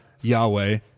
Yahweh